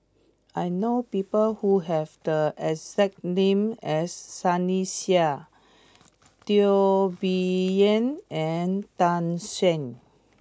I know people who have the exact name as Sunny Sia Teo Bee Yen and Tan Shen